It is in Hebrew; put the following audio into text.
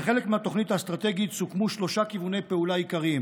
כחלק מהתוכנית האסטרטגית סוכמו שלושה כיווני פעולה עיקריים: